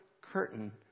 curtain